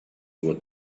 what